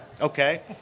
Okay